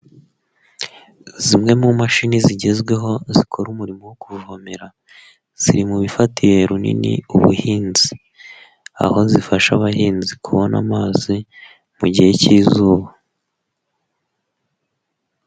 Zimwe mu mashini zigezweho zikora umurimo wo kuvomera ziri mu bifatiye runini ubuhinzi. Aho zifasha abahinzi kubona amazi mu gihe k'izuba.